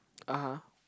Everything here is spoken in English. (uh huh)